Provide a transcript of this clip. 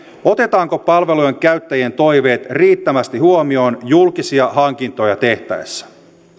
otetaanko palvelujen käyttäjien toiveet riittävästi huomioon julkisia hankintoja tehtäessä